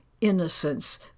innocence